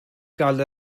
gael